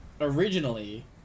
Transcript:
originally